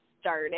started